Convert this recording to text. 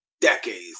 decades